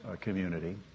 community